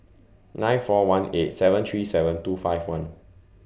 nine four one eight seven three seven two five one